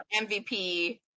MVP